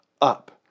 up